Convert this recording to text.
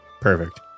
Perfect